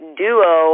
duo